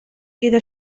إذا